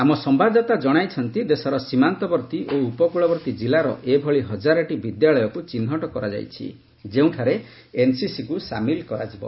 ଆମ ସମ୍ଭାଦଦାତା ଜଣାଇଛନ୍ତି ଦେଶର ସୀମାନ୍ତବର୍ତ୍ତୀ ଓ ଉପକୃଳବର୍ତ୍ତୀ କିଲ୍ଲାର ଏଭଳି ହଜାରେଟି ବିଦ୍ୟାଳୟକୁ ଚିହ୍ନଟ କରାଯାଇଛି ଯେଉଁଠାରେ ଏନ୍ସିସିକୁ ସାମିଲ କରାଯିବ